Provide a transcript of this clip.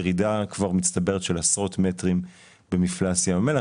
ירידה מצטברת של עשרות מטרים במפלס ים המלח,